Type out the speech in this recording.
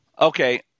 Okay